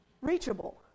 Reachable